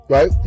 Right